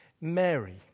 Mary